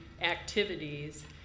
activities